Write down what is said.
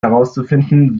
herauszufinden